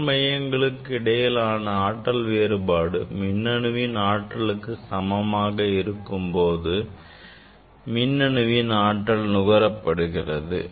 ஆற்றல் மையங்களுக்கு இடையிலான ஆற்றல் வேறுபாடு மின்னணுவின் ஆற்றலுக்கு சமமாக இருக்கும் போது மின் அணுவின் ஆற்றல் நுகரப்படுகிறது